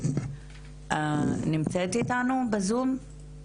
נמצאת איתנו בזום?